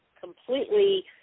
completely